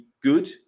good